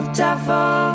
devil